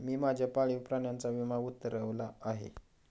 मी माझ्या पाळीव प्राण्याचा विमा उतरवला आहे